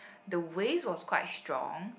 the waves was quite strong